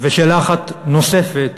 ושאלה אחת נוספת,